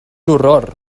horror